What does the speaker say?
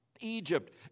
Egypt